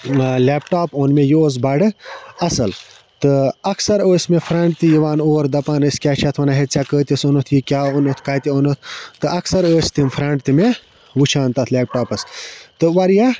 laptop اوٚن مےٚ یہِ اوس بَڑٕ اَصٕل تہٕ اَکثر ٲسۍ مےٚ فرٛٮ۪نڈ تہِ یِوان اور دَپان ٲسۍ کیٛاہ چھِ اَتھ وَنان ہے ژےٚ کۭتِس اوٚنُتھ یہِ کیاہ اوٚنُتھ کَتہِ اوٚنُتھ تہٕ اَکثر ٲسۍ تِم فرٛٮ۪نٛڈ تہِ مےٚ وٕچھان تَتھ لیپٹاپَس تہٕ واریاہ